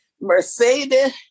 Mercedes